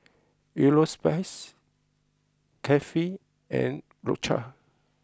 Europace Carefree and Loacker